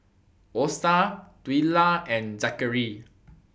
Osa Twila and Zackary